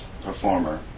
performer